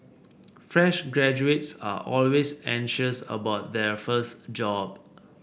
fresh graduates are always anxious about their first job